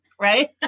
right